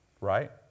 Right